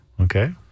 Okay